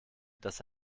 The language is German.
dass